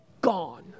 gone